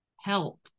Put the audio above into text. help